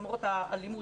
למרות שהאלימות